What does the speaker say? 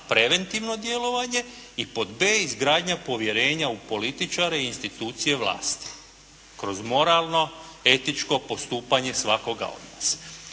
preventivno djelovanje i pod b, izgradnja povjerenja u političare i institucije vlasti kroz moralno etičko postupanje svakoga od nas.